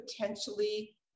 potentially